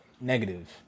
negative